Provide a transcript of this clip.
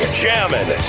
jamming